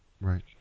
right